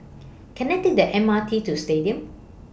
Can I Take The M R T to Stadium